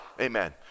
Amen